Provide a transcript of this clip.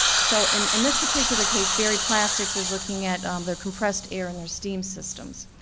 so and in this particular case berry plastics is looking at um their compressed air and their steam systems.